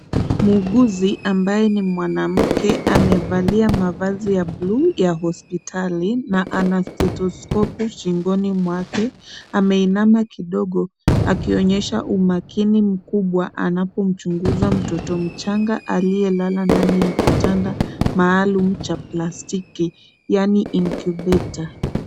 Mhukusi ambaye ni mwanamke amevalia mavazi ya bulu ya hospitali na ana stetoskopu shingoni mwake ameinama kidogo akionyesha umakini mkubwa anapo chunguza mtoto mchanga aliyelala ndani ya kitanda mahalum cha blastiki yani incubator